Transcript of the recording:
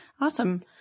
Awesome